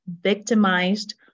victimized